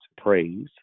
praise